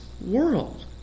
world